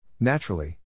Naturally